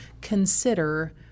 consider